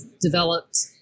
developed